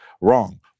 wrong